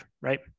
right